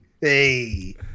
hey